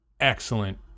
Excellent